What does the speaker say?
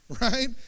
right